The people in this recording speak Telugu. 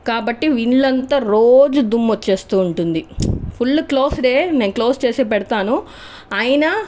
కాబట్టీ ఇల్లు అంత రోజు దుమ్ము వచ్చేస్తూ ఉంటుంది ఫుల్ క్లోజ్డ్ఏ నేను క్లోజ్ చేసి పెడుతాను అయిన